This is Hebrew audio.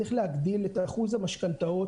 צריך להגדיל את אחוז המשכנתאות,